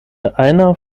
einer